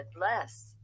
less